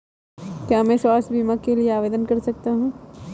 क्या मैं स्वास्थ्य बीमा के लिए आवेदन कर सकता हूँ?